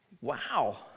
wow